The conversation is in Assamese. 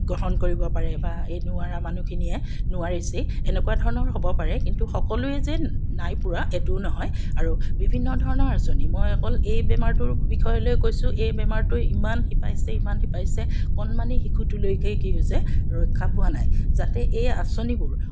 গ্ৰহণ কৰিব পাৰে বা এই নোৱাৰা মানুহখিনিয়ে নোৱাৰিছেই এনেকুৱা ধৰণৰ হ'ব পাৰে কিন্তু সকলোৱে যে নাই পোৱা এইটোও নহয় আৰু বিভিন্ন ধৰণৰ আঁচনি মই অকল এই বেমাৰটোৰ বিষয়লৈ কৈছোঁ এই বেমাৰটোৱে ইমান শিপাইছে ইমান শিপাইছে কণমানি শিশুটোলৈকে কি হৈছে ৰক্ষা পোৱা নাই যাতে এই আঁচনিবোৰ